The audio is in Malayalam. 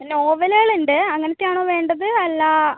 നോവലുകൾ ഉണ്ട് അങ്ങനത്തെ ആണോ വേണ്ടത് അല്ല